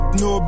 no